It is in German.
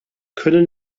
können